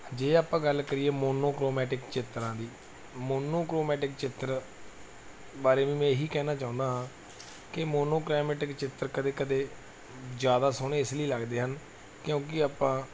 ਜੇ ਆਪਾਂ ਗੱਲ ਕਰੀਏ ਮੋਨੋਕ੍ਰੋਮੈਟਿਕ ਚਿੱਤਰਾਂ ਦੀ ਮੋਨੋਕ੍ਰੋਮੈਟਿਕ ਚਿੱਤਰ ਬਾਰੇ ਵੀ ਮੈਂ ਇਹ ਹੀ ਕਹਿਣਾ ਚਾਹੁੰਦਾ ਕਿ ਮੋਨੋਕ੍ਰੋਮੈਟਿਕ ਚਿੱਤਰ ਕਦੇ ਕਦੇ ਜ਼ਿਆਦਾ ਸੋਹਣੇ ਇਸ ਲਈ ਲੱਗਦੇ ਹਨ ਕਿਉਂਕਿ ਆਪਾਂ